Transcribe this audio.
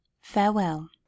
farewell